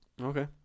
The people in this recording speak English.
Okay